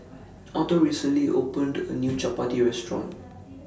Autumn recently opened A New Chappati Restaurant